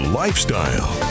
lifestyle